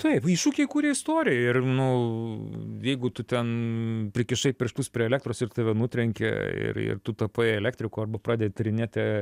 taip iššūkiai kuria istoriją ir nu jeigu tu ten prikišai pirštus prie elektros ir tave nutrenkė ir ir tu tapai elektriku arba pradedi tyrinėti